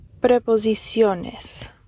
preposiciones